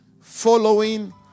following